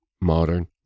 modern